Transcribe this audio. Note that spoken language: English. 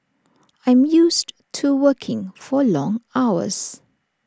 I'm used to working for long hours